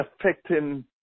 affecting